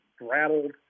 rattled